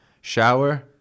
shower